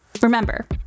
Remember